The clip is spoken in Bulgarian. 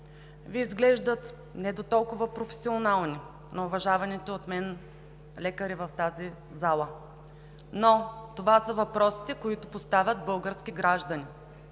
изглеждат не дотолкова професионални на уважаваните от мен лекари в тази зала, но това са въпросите, които поставят българските граждани